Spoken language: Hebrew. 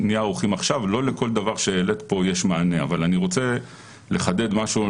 לא לכל דבר שהעלית פה יש מענה אבל אני רוצה לחדד משהו,